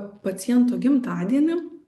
paciento gimtadienį